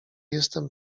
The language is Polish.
jestem